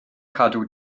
cadw